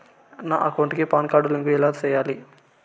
నా అకౌంట్ కి PAN card link ఎలా సేయాలి